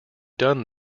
done